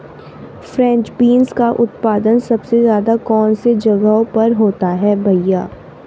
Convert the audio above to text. French beans का उत्पादन सबसे ज़्यादा कौन से जगहों पर होता है भैया?